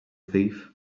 thief